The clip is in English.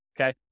Okay